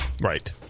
Right